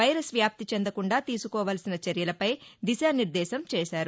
virus వ్యాప్తి చెందకుండా తీసుకోవల్సిన చర్యలపై దిశానిర్దేశం చేశారు